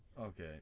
Okay